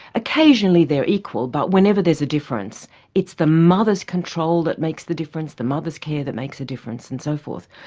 occasionally they're equal but whenever there's a difference it's the mother's control that makes a difference, the mother's care that makes a difference and so forth.